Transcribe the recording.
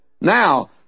Now